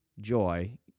joy